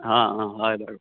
অঁ অঁ হয় দে